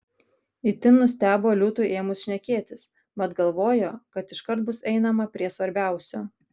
itin nustebo liūtui ėmus šnekėtis mat galvojo kad iškart bus einama prie svarbiausio